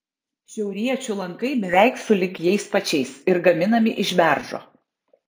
šiauriečių lankai beveik sulig jais pačiais ir gaminami iš beržo